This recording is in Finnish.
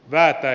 hyvä